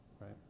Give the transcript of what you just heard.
right